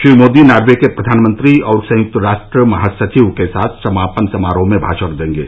Shri Modi Norway के प्रधानमंत्री और संयुक्त राष्ट्र महासचिव के साथ समापन समारोह में भाषण देंगे